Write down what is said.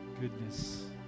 goodness